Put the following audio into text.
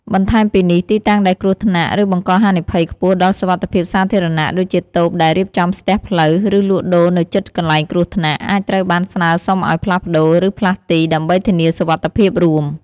បន្ថែមពីនេះ ទីតាំងដែលគ្រោះថ្នាក់ ឬបង្កហានិភ័យខ្ពស់ដល់សុវត្ថិភាពសាធារណៈ ដូចជាតូបដែលរៀបចំស្ទះផ្លូវ ឬលក់ដូរនៅជិតកន្លែងគ្រោះថ្នាក់ អាចត្រូវបានស្នើសុំឱ្យ ផ្លាស់ប្តូរ ឬ ផ្លាស់ទី ដើម្បីធានាសុវត្ថិភាពរួម។